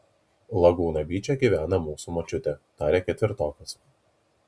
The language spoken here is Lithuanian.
lagūna byče gyvena mūsų močiutė tarė ketvirtokas